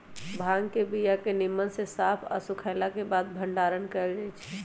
भांग के बीया के निम्मन से साफ आऽ सुखएला के बाद भंडारण कएल जाइ छइ